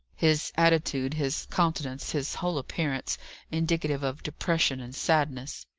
his attitude, his countenance, his whole appearance indicative of depression and sadness.